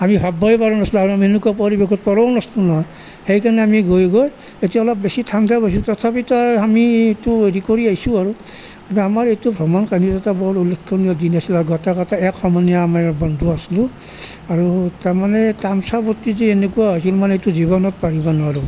আমি ভাবিবই পৰা নাছিলোঁ আৰু এনেকুৱা পৰিৱেশত পৰাও নাছিলোঁ নহয় সেইকাৰণে আমি গৈ গৈ এতিয়া অলপ বেছি ঠাণ্ডা পাইছোঁ তথাপিতো আৰু আমি এইটো হেৰি কৰি আহিছোঁ আৰু আৰু আমাৰ এইটো ভ্ৰমণ কাহিনীৰ এটা বৰ উল্লেখনীয় দিন আছিল আৰু গোটেইকেইটাই এক সমনীয়া আমি বন্ধু আছিলোঁ আৰু তাৰমানে তামছা ফূৰ্তি যি এনেকুৱা হৈছিল মানে এইটো জীৱনত পাহৰিব নোৱাৰোঁ